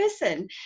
person